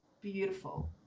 Beautiful